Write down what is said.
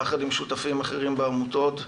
יחד עם שותפים אחרים בעמותות,